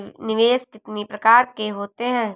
निवेश कितनी प्रकार के होते हैं?